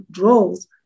roles